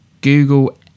google